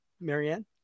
Marianne